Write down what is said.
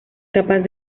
capaz